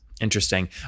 interesting